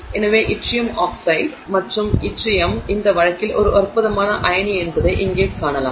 எனவே yttrium oxide உயிரகை Y2O3 மற்றும் யட்ரியம் இந்த வழக்கில் ஒரு அற்பமான அயனி என்பதை இங்கே காணலாம்